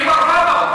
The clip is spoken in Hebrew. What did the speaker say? עם 7,000,